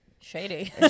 Shady